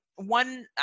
one